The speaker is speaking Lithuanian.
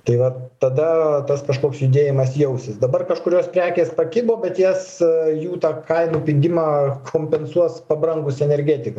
tai va tada tas kažkoks judėjimas jausis dabar kažkurios prekės pakibo bet jas jų tą kainų pigimą kompensuos pabrangusi energetika